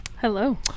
Hello